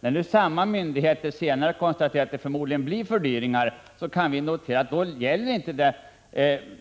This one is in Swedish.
När myndigheter senare konstaterar att det förmodligen blir fördyringar kan vi notera att